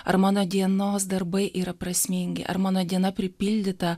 ar mano dienos darbai yra prasmingi ar mano diena pripildyta